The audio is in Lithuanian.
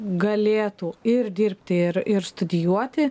galėtų ir dirbti ir ir studijuoti